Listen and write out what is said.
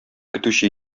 көтүче